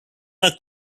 are